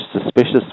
suspicious